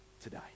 today